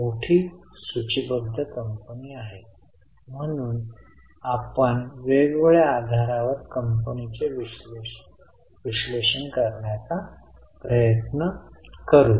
आणि आता या आकडेवारीच्या माहितीच्या आधारे आपल्याला कॅश फ्लो स्टेटमेंट तयार करण्यास सांगण्यात आले